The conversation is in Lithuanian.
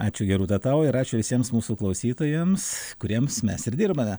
ačiū gerūda tau ir ačiū visiems mūsų klausytojams kuriems mes ir dirbame